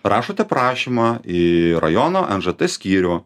rašote prašymą į rajono nžt skyrių